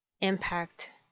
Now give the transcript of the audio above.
impact